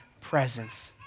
presence